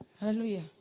hallelujah